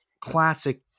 classic